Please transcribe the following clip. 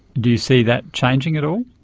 do you see that changing at all?